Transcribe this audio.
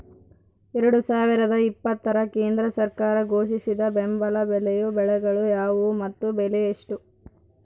ಎರಡು ಸಾವಿರದ ಇಪ್ಪತ್ತರ ಕೇಂದ್ರ ಸರ್ಕಾರ ಘೋಷಿಸಿದ ಬೆಂಬಲ ಬೆಲೆಯ ಬೆಳೆಗಳು ಯಾವುವು ಮತ್ತು ಬೆಲೆ ಎಷ್ಟು?